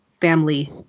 family